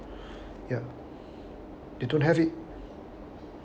ya they don't have it